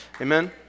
Amen